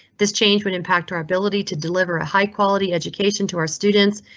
this change would impact our ability to deliver a high quality education to our students.